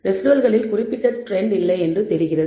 ரெஸிடுவல்களில் குறிப்பிட்ட ட்ரெண்ட் இல்லை என்று தெரிகிறது